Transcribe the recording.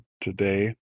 today